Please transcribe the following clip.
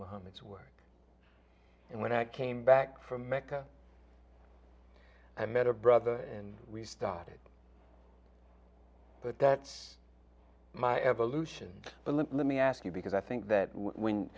muhammad's work and when i came back from mecca i met a brother and we started but that's my evolution let me ask you because i think that when